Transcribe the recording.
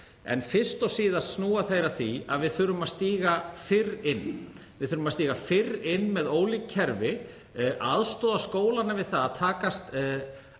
En fyrst og síðast snúa þeir að því að við þurfum að stíga fyrr inn. Við þurfum að stíga fyrr inn með ólík kerfi, aðstoða skólana við að takast